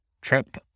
trip